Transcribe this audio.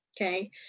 Okay